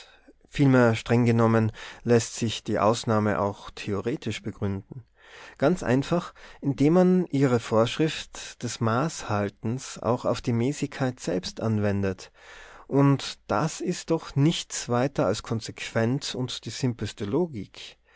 vielmehr streng genommen läßt sich die ausnahme auch theoretisch begründen ganz einfach indem man ihre vorschrift des maßhaltens auch auf die mäßigkeit selbst anwendet und das ist doch nichts weiter als konsequent und die simpelste logik